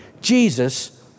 Jesus